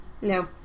No